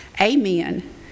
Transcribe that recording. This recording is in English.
amen